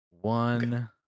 One